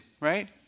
right